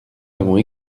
avons